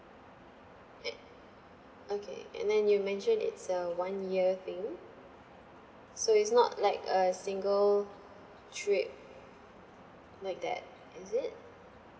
eh okay and then you mentioned it's a one year thing so it's not like a single trip like that is it